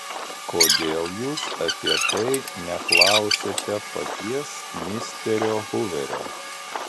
kodėl jūs apie tai neklausiate paties misterio huverio